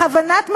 בכוונת מכוון,